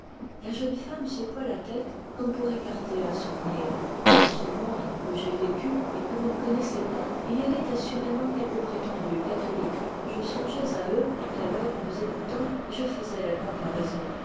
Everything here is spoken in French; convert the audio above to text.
la jeune femme secoua la tête comme pour écarter un souvenir dans ce monde où j'ai vécu et que vous ne connaissez pas il y avait assurément quelques prétendues catholiques je songeais à eux tout à l'heure en vous écoutant et je faisais la comparaison